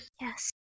Yes